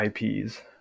ips